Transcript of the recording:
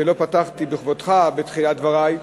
שלא פתחתי בכבודך בתחילת דברי,